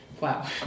Wow